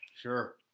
Sure